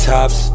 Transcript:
Tops